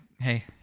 hey